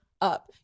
up